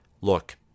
Look